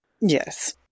Yes